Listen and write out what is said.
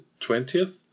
20th